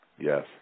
Yes